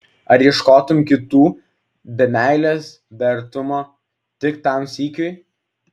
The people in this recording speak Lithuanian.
ar ieškotum kitų be meilės be artumo tik tam sykiui